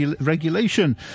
regulation